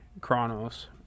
Chronos